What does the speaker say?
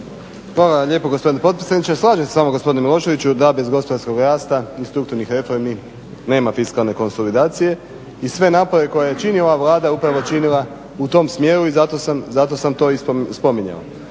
Hvala lijepo gospodine potpredsjedniče. Slažem se sa vama gospodine Miloševiću da bez gospodarskog rasta i strukturnih reformi nema fiskalne konsolidacije i sve naprave koje čini ova Vlada upravo je činila u tom smjeru i zato sam i to spominjao.